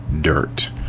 dirt